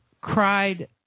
cried